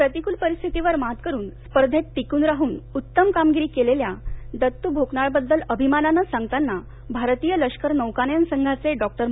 प्रतिकूल परिस्थितीवर मात करून स्पर्धेत टिकून राहून उत्तम कामगिरी केलेल्या दत्तू भोकनाळबद्दल अभिमानानं सांगताना भारतीय लष्कर नौकानयन संघाचे डॉक्टरडॉ